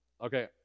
okay